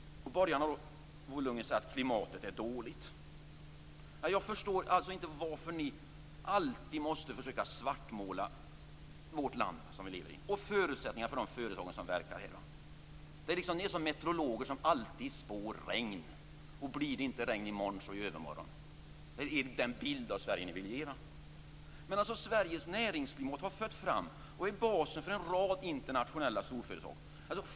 Bo Lundgren säger att klimatet är dåligt. Jag förstår inte varför ni alltid måste försöka svartmåla vårt land och förutsättningar för de företag som verkar där. Ni är liksom metereologer som alltid spår regn. Blir det inte regn i morgon så i övermorgon. Det är den bild av Sverige som ni vill ge. Sveriges näringsklimat har fött fram och är basen för en rad internationella storföretag.